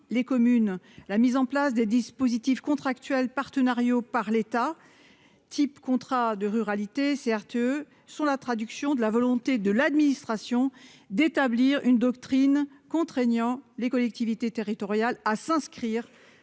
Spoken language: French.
les communes, la mise en place des dispositifs contractuels partenariaux, par l'État, type contrats de ruralité c'est Arthur sont la traduction de la volonté de l'administration d'établir une doctrine, contraignant les collectivités territoriales à s'inscrire